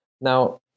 Now